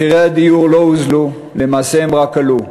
מחירי הדיור לא ירדו, למעשה הם רק עלו,